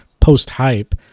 post-hype